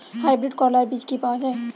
Hybrid করলার বীজ কি পাওয়া যায়?